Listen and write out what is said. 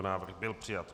Návrh byl přijat.